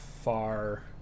far